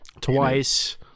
twice